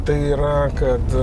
tai yra kad